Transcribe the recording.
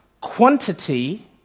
quantity